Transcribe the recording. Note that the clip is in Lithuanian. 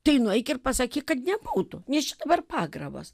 tai nueik ir pasakyk kad nebūtų nes čia dabar pagrabas